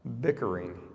bickering